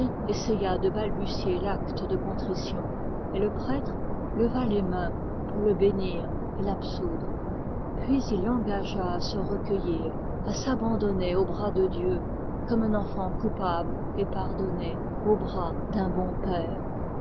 essaya de balbutier l'acte de contrition et le prêtre leva les mains pour le bénir et l'absoudre puis il l'engagea à se recueillir à s'abandonner aux bras de dieu comme un enfant coupable et pardonné aux bras d'un bon père